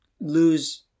lose